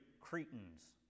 Cretans